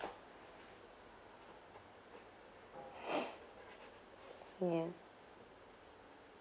yeah